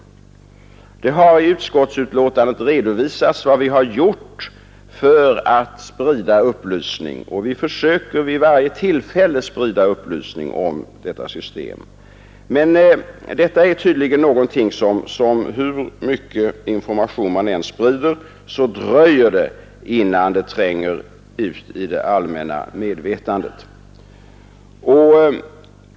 I utskottsbetänkandet har redovisats vad vi har gjort för att sprida upplysning, och vi försöker vid varje tillfälle sprida upplysning om detta system. Men hur mycket information man än sprider så dröjer det innan det tränger ut i det allmänna medvetandet.